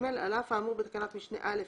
על אף האמור בתקנת משנה (א),